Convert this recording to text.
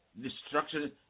destruction